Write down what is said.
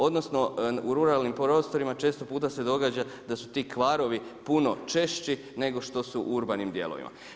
Odnosno, u ruralnim prostorima često puta se događa da su ti kvarovi puno češći nego što su u urbanim dijelovima.